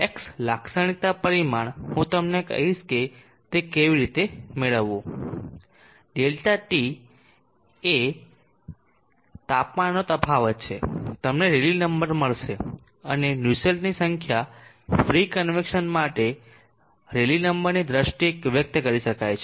X લાક્ષણિકતા પરિમાણ હું તમને કહીશ કે તે કેવી રીતે મેળવવું ΔTએ તાપમાનનો તફાવત છે તમને રેલી નંબર મળશે અને નુસ્સેલ્ટની સંખ્યા ફ્રી કન્વેક્સન માટે રેલી નંબરની દ્રષ્ટિએ વ્યક્ત કરી શકાય છે